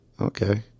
Okay